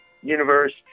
universe